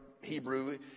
Hebrew